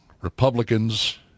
Republicans